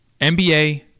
NBA